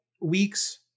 weeks